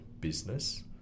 business